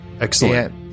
Excellent